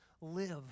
live